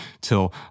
till